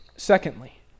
Secondly